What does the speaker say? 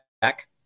back